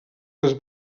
les